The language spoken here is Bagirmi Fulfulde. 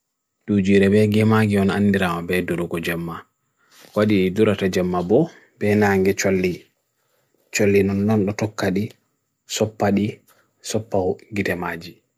Duji rebe gema gion andirao be duru ko jamma. Kwadi idura tre jamma bo, bena hangi challi. Challi nun nanu tokkadi, soppa di, soppa ho gide maji.